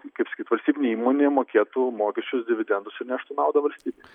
kaip sakyt valstybinė įmonė mokėtų mokesčius dividendus ir neštų naudą valstybei